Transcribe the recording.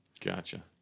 Gotcha